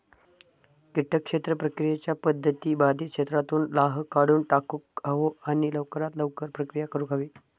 किटक क्षेत्र प्रक्रियेच्या पध्दती बाधित क्षेत्रातुन लाह काढुन टाकुक हवो आणि लवकरात लवकर प्रक्रिया करुक हवी